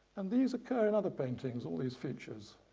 and these occur in other paintings all these features,